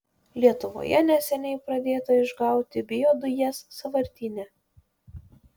lietuvoje neseniai pradėta išgauti biodujas sąvartyne